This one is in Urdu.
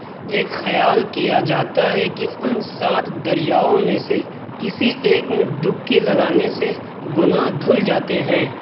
ایک خیال کیا جاتا ہے کہ ان سات دریاؤں میں سے کسی ایک میں ڈبکی لگانے سے گناہ دھل جاتے ہیں